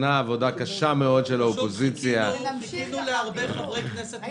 זה כנראה ייקח זמן אנחנו נחזור לתוואי,